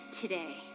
today